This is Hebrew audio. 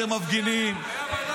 אתם מפגינים -- הייתה ועדת חוץ וביטחון,